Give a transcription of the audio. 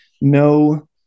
no